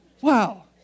Wow